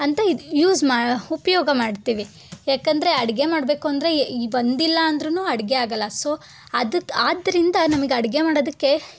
ಅಂತ ಇದು ಯೂಸ್ ಮಾ ಉಪಯೋಗ ಮಾಡ್ತೀವಿ ಯಾಕಂದರೆ ಅಡುಗೆ ಮಾಡಬೇಕು ಅಂದರೆ ಒಂದಿಲ್ಲ ಅಂದ್ರೂ ಅಡುಗೆ ಆಗೋಲ್ಲ ಸೊ ಅದಕ್ಕೆ ಆದ್ದರಿಂದ ನಮ್ಗೆ ಅಡುಗೆ ಮಾಡೋದಕ್ಕೆ